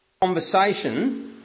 conversation